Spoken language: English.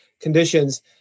conditions